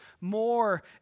more